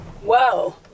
Whoa